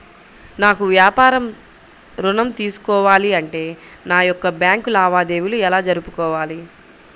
నాకు వ్యాపారం ఋణం తీసుకోవాలి అంటే నా యొక్క బ్యాంకు లావాదేవీలు ఎలా జరుపుకోవాలి?